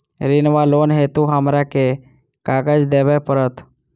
ऋण वा लोन हेतु हमरा केँ कागज देबै पड़त?